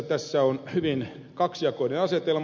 tässä on hyvin kaksijakoinen asetelma